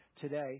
today